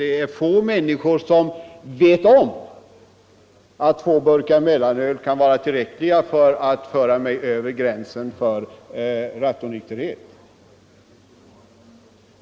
Det är få människor som vet om att två burkar mellanöl kan vara tillräckligt för att föra dem över gränsen till rattonykterhet.